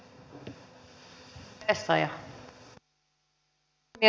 arvoisa puhemies